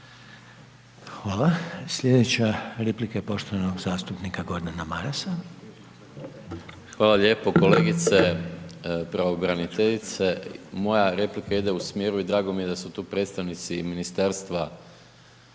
Hvala. Sljedeća replika, poštovanog zastupnika Gordana Marasa. **Maras, Gordan (SDP)** Hvala lijepo. Kolegice pravobraniteljice, moja replika ide u smjeru i drago mi je da su tu predstavnici i Ministarstva